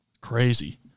Crazy